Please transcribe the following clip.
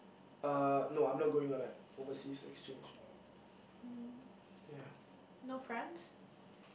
uh no I am not going on an overseas exchange ya